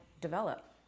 develop